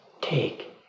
take